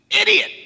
idiot